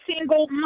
single